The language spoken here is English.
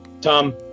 Tom